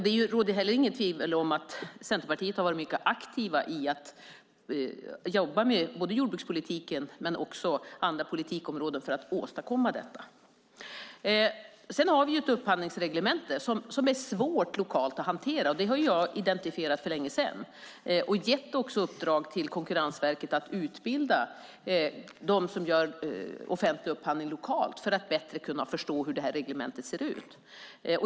Det råder heller inget tvivel om att Centerpartiet har varit mycket aktivt med att jobba med jordbrukspolitiken men också med andra politikområden för att åstadkomma detta. Sedan har vi ett upphandlingsreglemente som är svårt att hantera lokalt. Jag har identifierat det för länge sedan och också gett uppdrag till Konkurrensverket att utbilda dem som gör offentlig upphandling lokalt för att de bättre ska kunna förstå hur det här reglementet ser ut.